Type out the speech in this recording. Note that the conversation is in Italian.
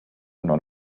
non